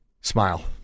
smile